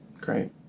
Great